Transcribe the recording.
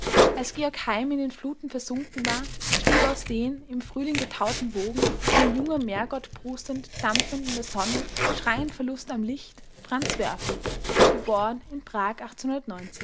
als georg heym in den fluten versunken war stieg aus den im frühling getauten wogen wie ein junger meergott prustend dampfend in der sonne schreiend vor lust am licht franz werfel geboren in